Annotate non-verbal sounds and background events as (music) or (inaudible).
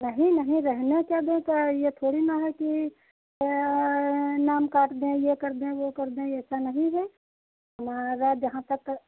नहीं नहीं रहने क्या (unintelligible) का ये थोड़ी न है कि नाम काट दें ये कर दें वो कर दें ऐसा नहीं है हमारा जहाँ तक